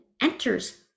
enters